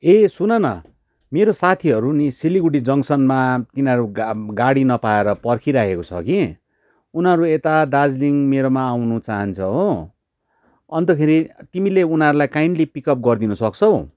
ए सुन न मेरो साथीहरू नि सलगढी जङ्कसनमा तिनीहरू गा गाडी नपाएर पर्खिरहेको छ कि उनीहरू यता दार्जिलिङ मेरोमा आउनु चाहन्छ हो अन्तखेरि तिमीले उनीहरूलाई काइन्डली पिक अप गरिदिनु सक्छौ